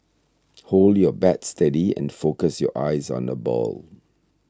hold your bat steady and focus your eyes on the ball